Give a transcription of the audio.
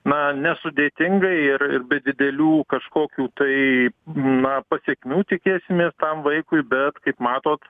na nesudėtingai ir ir be didelių kažkokių tai na pasekmių tikėsimės tam vaikui bet kaip matot